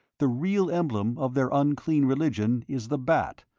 the real emblem of their unclean religion is the bat,